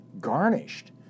garnished